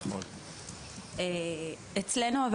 אבל אצלנו,